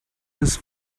his